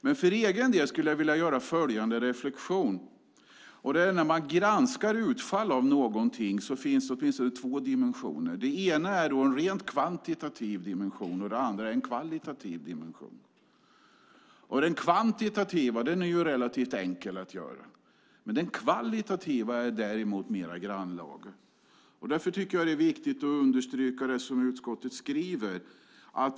Men för egen del skulle jag vilja göra följande reflexion. När man granskar utfall av någonting finns det två dimensioner. Det ena är en rent kvantitativ dimension, och det andra är en kvalitativ dimension. Den kvantitativa är relativt enkel, men den kvalitativa är däremot mer grannlaga. Det är viktigt att understryka det som utskottet skriver.